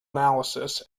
analysis